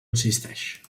existeix